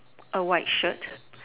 A white shirt